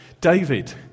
David